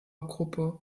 gruppe